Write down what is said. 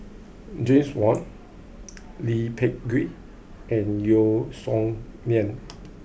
James Wong Lee Peh Gee and Yeo Song Nian